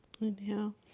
Inhale